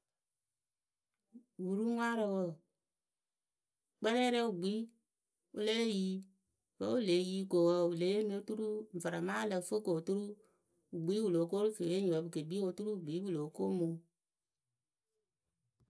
uruŋwarǝ wǝǝ kpɛrɛrɛ wɨ kpii wɨ lée yi wǝ́ wɨ le yi ko wǝǝ oturu wɨ le yeemɨ oturu varama lǝ fɨ ko oturu wɨ kpii wɨ lóo ko rɨ fee enyipǝ pɨ ke kpii oturu wɨ kpii pɨ lóo ko mɨ wɨ.